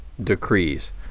decrees